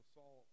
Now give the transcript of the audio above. Saul